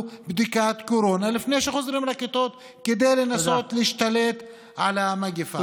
בדיקת קורונה לפני שהם חוזרים לכיתות כדי לנסות להשתלט על המגפה.